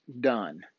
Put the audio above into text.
done